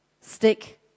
Stick